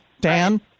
Dan